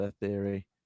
theory